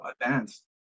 advanced